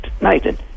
Nathan